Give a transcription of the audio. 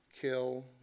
kill